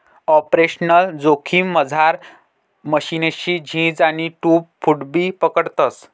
operational जोखिममझार मशीननी झीज आणि टूट फूटबी पकडतस